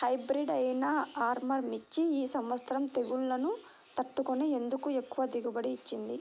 Hybrid అయినా ఆర్ముర్ మిర్చి ఈ సంవత్సరం తెగుళ్లును తట్టుకొని ఎందుకు ఎక్కువ దిగుబడి ఇచ్చింది?